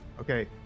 okay